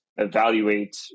evaluate